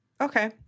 okay